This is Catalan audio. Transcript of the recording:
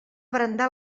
brandar